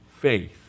faith